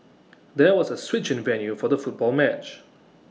there was A switch in the venue for the football match